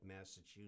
Massachusetts